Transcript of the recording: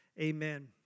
Amen